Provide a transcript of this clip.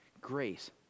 grace